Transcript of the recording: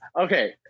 Okay